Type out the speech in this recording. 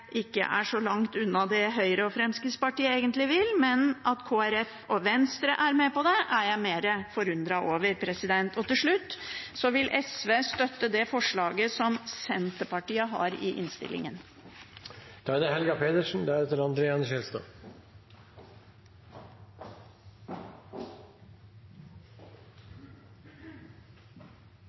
ikke er så langt unna det Høyre og Fremskrittspartiet egentlig vil, men at Kristelig Folkeparti og Venstre er med på det, er jeg mer forundret over. Til slutt: SV vil støtte forslaget som Senterpartiet har i innstillingen. Høyre etterlyser at Arbeiderpartiet skal gjennomføre en omfattende utflytting av statlige arbeidsplasser fra Oslo. Det